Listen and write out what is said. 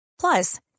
Plus